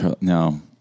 No